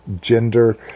gender